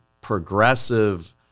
progressive